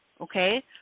okay